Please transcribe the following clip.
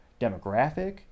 demographic